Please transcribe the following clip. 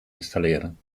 installeren